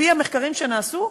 על-פי המחקרים שנעשו,